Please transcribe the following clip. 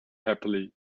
happily